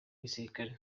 gisirikare